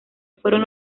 fueron